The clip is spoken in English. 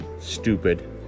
stupid